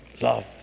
love